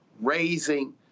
raising